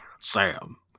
Sam